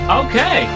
okay